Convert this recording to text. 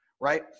right